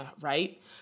right